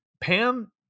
Pam